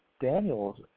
Daniel's